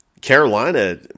Carolina